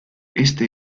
este